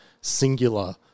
singular